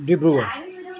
Dibrugarh